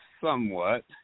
Somewhat